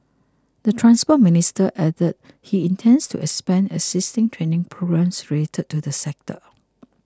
the Transport Minister added he intends to expand existing training programmes related to the sector